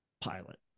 pilot